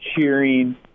cheering